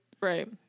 right